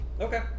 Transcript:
okay